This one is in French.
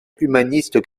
humaniste